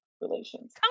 Relations